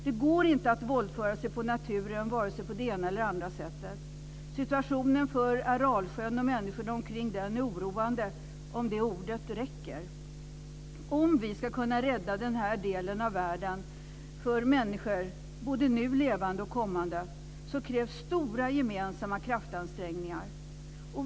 Det går inte att våldföra sig på naturen vare sig på det ena eller andra sättet. Situationen för Aralsjön och människorna omkring den är oroande - om det ordet räcker. Om vi ska kunna rädda den här delen av världen för människor, både nu levande och kommande, krävs stora gemensamma kraftansträngningar.